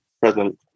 present